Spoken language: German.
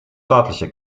staatliche